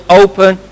open